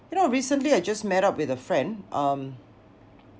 you know recently I just met up with a friend um